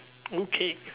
okay